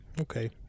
Okay